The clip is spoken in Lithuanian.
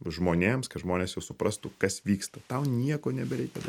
žmonėms kad žmonės jau suprastų kas vyksta tau nieko nebereikia